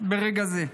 ברגע זה.